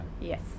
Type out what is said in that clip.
yes